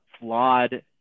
flawed